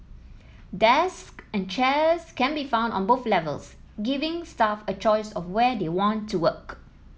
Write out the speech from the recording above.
desks and chairs can be found on both levels giving staff a choice of where they want to work